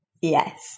Yes